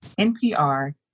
NPR